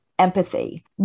empathy